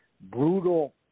brutal